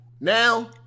Now